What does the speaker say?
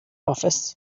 office